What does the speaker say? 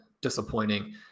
disappointing